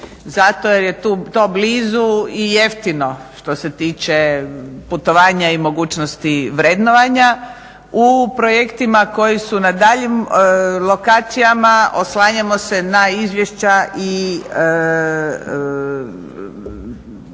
zato jer je to blizu i jeftino što se tiče putovanja i mogućnosti vrednovanja. U projektima koji su na daljim lokacijama oslanjamo se na izvješća i